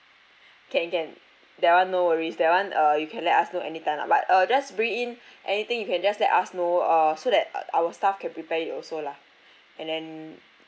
can can that [one] no worries that [one] uh you can let us know anytime lah but uh just bring in anything you can just let us know uh so that uh our staff can prepare it also lah and then